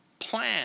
plan